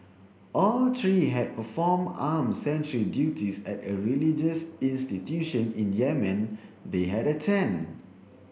all three had performed armed sentry duties at a religious institution in Yemen they had attended